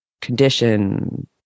condition